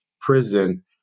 Prison